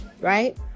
right